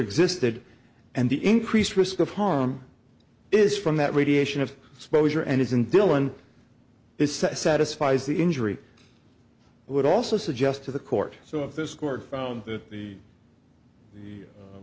existed and the increased risk of harm is from that radiation of exposure and isn't dylan is satisfies the injury would also suggest to the court so of this court found that the